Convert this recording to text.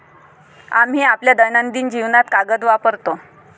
आम्ही आपल्या दैनंदिन जीवनात कागद वापरतो